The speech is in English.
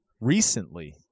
recently